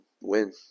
win